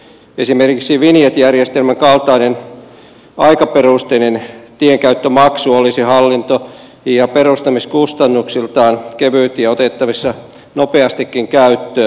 esimerkiksi vinjet järjestelmän kaltainen aikaperusteinen tienkäyttömaksu olisi hallinto ja perustamiskustannuksiltaan kevyt ja otettavissa nopeastikin käyttöön